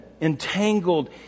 entangled